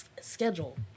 schedule